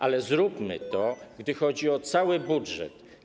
Ale zróbmy to, jeśli chodzi o cały budżet.